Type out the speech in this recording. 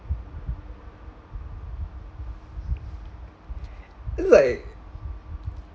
is like